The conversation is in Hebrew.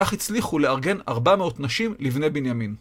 איך הצליחו לארגן 400 נשים לבני בנימין?